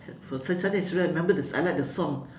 suddenly suddenly is I remember the I like the song